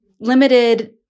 limited